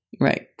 Right